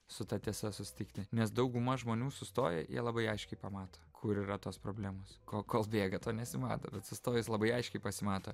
su ta tiesa susitikti nes dauguma žmonių sustoję jie labai aiškiai pamato kur yra tos problemos kol kol bėga to nesimato bet sustojus labai aiškiai pasimato